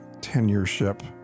tenureship